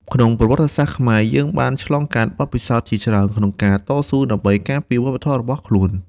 ក្នុងប្រវត្តិសាស្ត្រខ្មែរ យើងបានឆ្លងកាត់បទពិសោធន៍ជាច្រើនក្នុងការតស៊ូដើម្បីការពារវប្បធម៌របស់ខ្លួន។